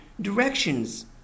directions